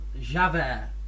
Javert